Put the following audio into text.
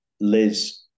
Liz